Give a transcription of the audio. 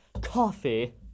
coffee